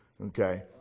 Okay